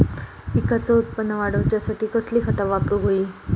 पिकाचा उत्पन वाढवूच्यासाठी कसली खता वापरूक होई?